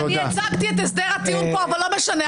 הצגתי את הסדר הטיעון פה אבל לא משנה,